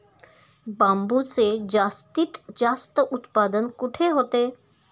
बांबूचे जास्तीत जास्त उत्पादन कुठे होते?